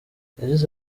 yagize